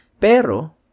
Pero